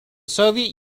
soviet